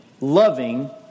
loving